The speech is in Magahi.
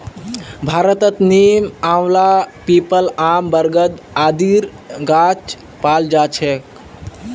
भारतत नीम, आंवला, पीपल, आम, बरगद आदिर गाछ पाल जा छेक